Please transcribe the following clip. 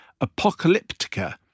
apocalyptica